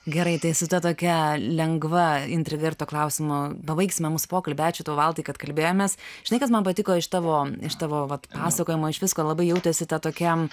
gerai tai su ta tokia lengva intraverto klausimu pabaigsime mūsų pokalbį ačiū tau valdai kad kalbėjomės žinai kas man patiko iš tavo iš tavo vat pasakojimo iš visko labai jautėsi ta tokia